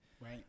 Right